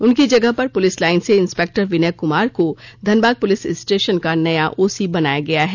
उनकी जगह पर पुलिस लाइन से इंस्पेक्टर विनय कुमार को धनबाद पुलिस स्टेशन का नया ओसी बनाया गया है